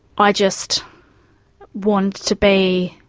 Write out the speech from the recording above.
i just wanted to be